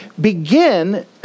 begin